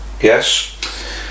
Yes